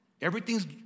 Everything's